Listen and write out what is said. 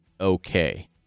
okay